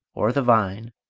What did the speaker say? or the vine,